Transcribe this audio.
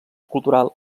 cultural